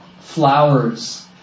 flowers